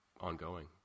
ongoing